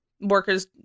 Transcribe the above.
workers